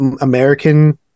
American